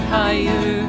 higher